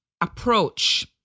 approach